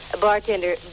Bartender